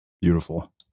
Beautiful